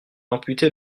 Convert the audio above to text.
amputé